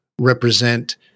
Represent